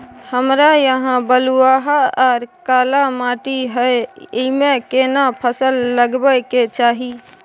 हमरा यहाँ बलूआ आर काला माटी हय ईमे केना फसल लगबै के चाही?